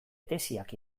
tesiak